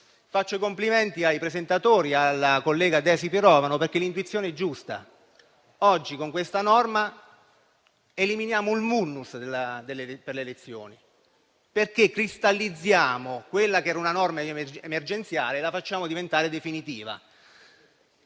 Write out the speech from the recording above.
faccio i complimenti ai presentatori, alla collega Daisy Pirovano, perché l'intuizione è giusta. Oggi, con l'approvazione di questa norma, eliminiamo un *vulnus* nelle elezioni, perché cristallizziamo una norma emergenziale e la facciamo diventare definitiva.